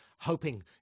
Hoping